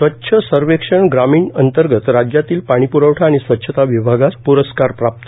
स्वच्छ सर्वेक्षण ग्रामीण अंतर्गत राज्यात पाणीपुरवळ आणि स्वच्छता विभागास पुरस्कार प्राप्त